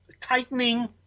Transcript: tightening